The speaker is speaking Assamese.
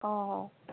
অঁ অঁ